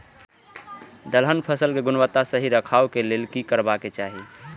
दलहन फसल केय गुणवत्ता सही रखवाक लेल की करबाक चाहि?